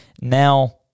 now—